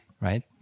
right